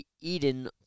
Eden